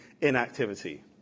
inactivity